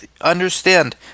Understand